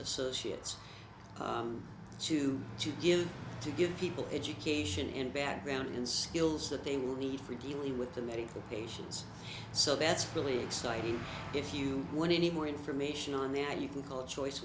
associates to to give to give people education and background in skills that they will need for dealing with the medical patients so that's really exciting if you want any more information on that you can call choice